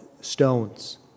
stones